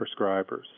prescribers